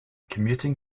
commuting